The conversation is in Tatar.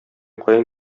каян